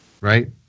Right